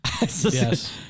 Yes